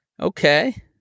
Okay